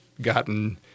gotten